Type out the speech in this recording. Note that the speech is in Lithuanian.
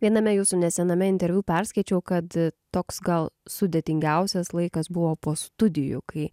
viename jūsų nesename interviu perskaičiau kad toks gal sudėtingiausias laikas buvo po studijų kai